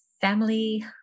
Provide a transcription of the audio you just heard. family